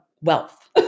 wealth